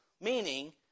meaning